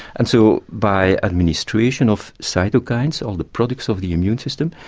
and so by administration of cytokines, all the products of the immune system,